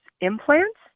implants